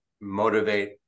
motivate